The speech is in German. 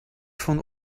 von